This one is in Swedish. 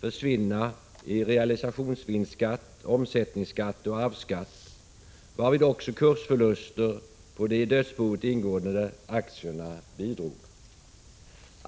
försvinna i realisationsvinstskatt, omsättningsskatt och arvsskatt, varvid också kursförluster på de i dödsboet ingående aktierna bidrog.